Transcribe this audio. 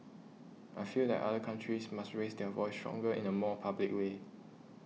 I feel that other countries must raise their voice stronger in a more public way